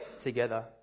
together